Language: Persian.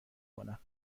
کنم